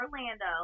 Orlando